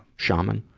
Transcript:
shaman?